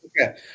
Okay